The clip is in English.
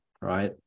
right